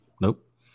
nope